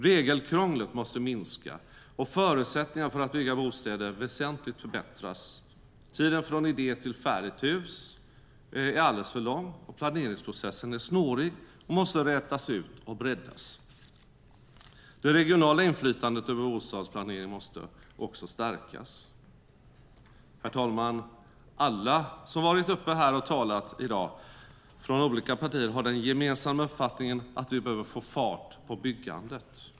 Regelkrånglet måste minska och förutsättningarna för att bygga bostäder väsentligt förbättras. Tiden från idé till färdigt hus är alldeles för lång. Planeringsprocessen är snårig och måste rätas ut och breddas. Det regionala inflytandet över bostadsplaneringen måste också stärkas. Herr talman! Alla som har varit uppe i talarstolen och talat i dag, från olika partier, har den gemensamma uppfattningen att vi behöver få fart på byggandet.